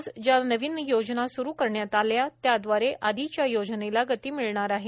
आज ज्या नवीन योजना सुरू करण्यात आल्या त्या द्वारे आधीच्या योजनेला गती मिळणार आहे